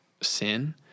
sin